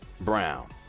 Brown